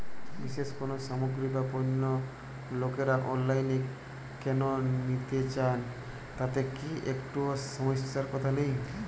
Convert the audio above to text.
বিশেষ কোনো সামগ্রী বা পণ্য লোকেরা অনলাইনে কেন নিতে চান তাতে কি একটুও সমস্যার কথা নেই?